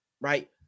right